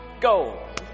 Go